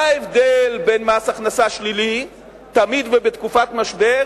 מה ההבדל בין מס הכנסה שלילי, תמיד ובתקופת משבר,